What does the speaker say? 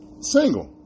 Single